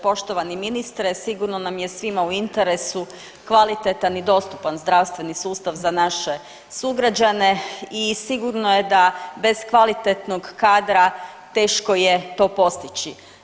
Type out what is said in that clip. Poštovani ministre, sigurno nam je svima u interesu kvalitetan i dostupan zdravstveni sustav za naše sugrađane i sigurno je da bez kvalitetnog kadra teško je to postići.